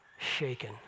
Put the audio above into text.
shaken